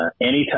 anytime